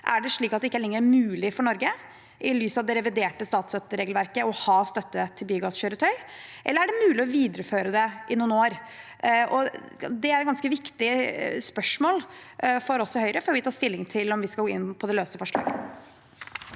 Er det slik at det ikke lenger er mulig for Norge, i lys av det reviderte statsstøtteregelverket, å ha støtte til biogasskjøretøy – eller er det mulig å videreføre det i noen år? Det er ganske viktige spørsmål for oss i Høyre før vi tar stilling til om vi skal gå inn for det løse forslaget.